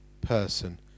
person